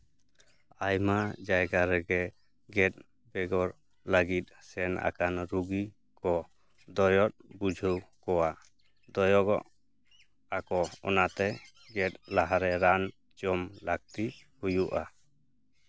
ᱟᱭᱢᱟ ᱡᱟᱭᱜᱟ ᱨᱮᱜᱮ ᱜᱮᱫ ᱵᱮᱜᱚᱨ ᱞᱟᱹᱜᱤᱫ ᱥᱮᱱ ᱟᱠᱟᱱ ᱨᱩᱜᱤ ᱠᱚ ᱫᱚᱭᱚᱜ ᱵᱩᱡᱷᱟᱹᱣ ᱠᱚᱣᱟ ᱫᱚᱭᱚᱜᱚᱜ ᱟᱠᱚ ᱚᱱᱟᱛᱮ ᱜᱮᱫ ᱞᱟᱦᱟᱨᱮ ᱨᱟᱱ ᱡᱚᱢ ᱞᱟᱹᱠᱛᱤ ᱦᱩᱭᱩᱜᱼᱟ